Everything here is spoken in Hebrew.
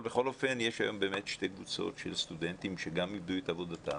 אבל בכל אופן יש היום באמת שתי קבוצות של סטודנטים שגם איבדו את עבודתם,